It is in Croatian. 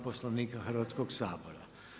Poslovnika Hrvatskog sabora.